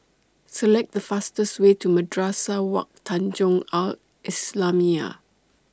Select The fastest Way to Madrasah Wak Tanjong Al Islamiah